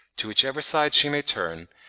to whichever side she may turn,